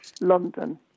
London